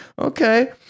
Okay